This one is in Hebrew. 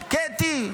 קטי.